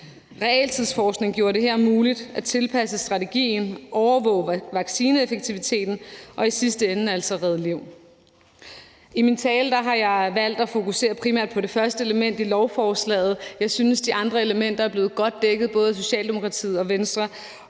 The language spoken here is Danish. Realtidsforskning gjorde det her muligt at tilpasse strategien, overvåge vaccineeffektiviteten og i sidste ende altså redde liv. I min tale har jeg valgt at fokusere primært på det første element i lovforslaget. Jeg synes, de andre elementer er blevet godt dækket, både af Socialdemokratiet og Venstre,